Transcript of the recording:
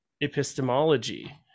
epistemology